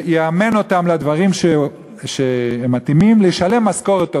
יאמן אותם לדברים שהם מתאימים, ישלם משכורת טובה,